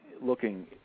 looking